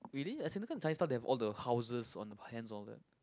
really as I know kan Chinese style they have all the houses on the hands all that